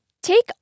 Take